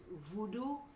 voodoo